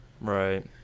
right